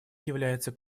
является